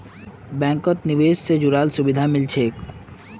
बैंकत निवेश से जुराल सुभिधा मिल छेक